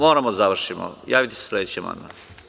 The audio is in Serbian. Moramo da završimo, javite se na sledeći amandman.